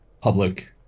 public